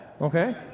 okay